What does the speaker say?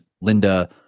Linda